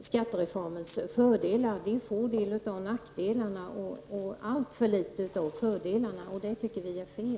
skattereformen. De drabbas alltså av nackdelarna men får alltför litet av fördelarna, och det tycker vi är fel.